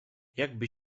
jakby